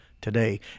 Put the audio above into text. today